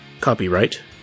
Copyright